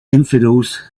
infidels